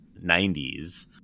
90s